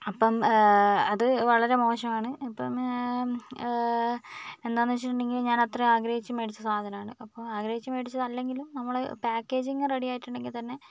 അപ്പം അത് വളരെ മോശമാണ് അപ്പം എന്താണെന്ന് വെച്ചിട്ടുണ്ടെങ്കിൽ ഞാൻ അത്രയും ആഗ്രഹിച് മേടിച്ച സാധനമാണ് അപ്പോൾ ആഗ്രഹിച്ചു മേടിച്ചതല്ലെങ്കിലും നമ്മൾ പാക്കേജിങ്ങ് റെഡി ആയിട്ടുണ്ടെങ്കിൽ തന്നെ